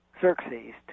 Xerxes